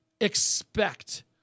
expect